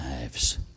lives